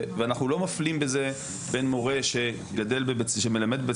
ואנחנו לא מפלים בזה בין מורה שמלמד בבית